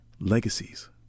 legacies